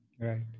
Right